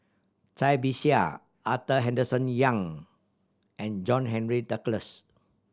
Cai Bixia Arthur Henderson Young and John Henry Duclos